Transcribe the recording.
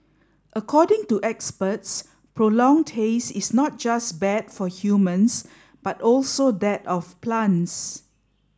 according to experts prolonged haze is not just bad for humans but also that of plants